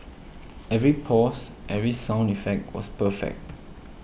every pause every sound effect was perfect